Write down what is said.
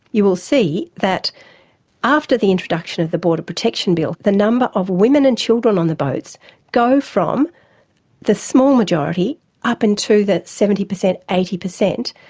you will see that after the introduction of the border protection bill, the number of women and children on the boats go from the small majority up into that seventy percent, eighty percent,